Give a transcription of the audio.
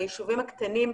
ביישובים הקטנים,